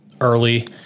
early